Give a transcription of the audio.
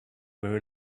very